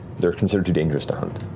they're considered too dangerous to hunt.